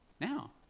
Now